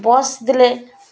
bus ଦେଲେ